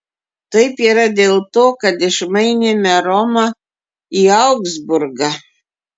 taip yra dėl to kad išmainėme romą į augsburgą